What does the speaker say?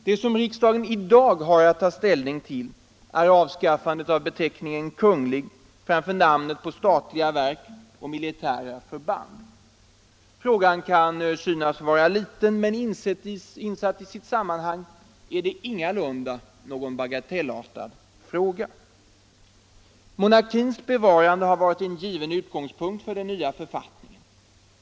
Det som riksdagen i dag har att ta ställning till är avskaffandet av beteckningen Kunglig framför namnet på statliga verk och militära för band. Frågan kan synas vara liten, men insatt i sitt sammanhang är Nr 70 det ingalunda någon bagatellartad fråga. Tisdagen den Monarkins bevarande har varit en given utgångspunkt för den nya 29 april 1975 författningen.